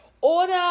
Order